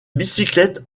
bicyclettes